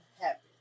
happy